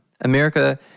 America